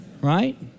Right